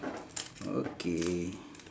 okay